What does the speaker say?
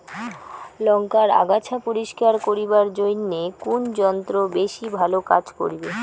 লংকার আগাছা পরিস্কার করিবার জইন্যে কুন যন্ত্র বেশি ভালো কাজ করিবে?